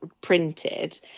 printed